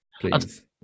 please